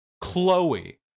Chloe